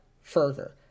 further